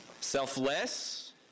Selfless